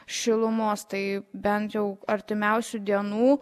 šilumos tai bent jau artimiausių dienų